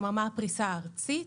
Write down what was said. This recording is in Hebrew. כלומר מה הפריסה הארצית.